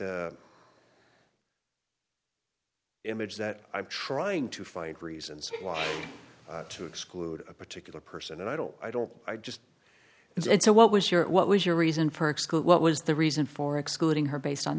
the image that i'm trying to find reasons why to exclude a particular person and i don't i don't i just it's a what was your what was your reason for exclude what was the reason for excluding her based on